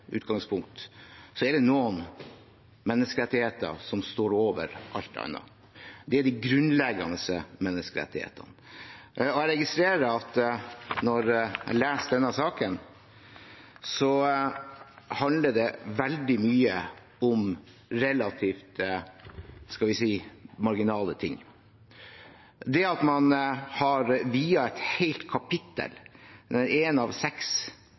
utgangspunkt, er det rett og slett noen menneskerettigheter som står over alt annet. Det er de grunnleggende menneskerettighetene. Jeg registrerer at når jeg leser denne saken, handler det veldig mye om relativt – skal vi si – marginale ting. Det at man har viet et helt kapittel, ett av seks